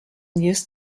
news